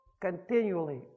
continually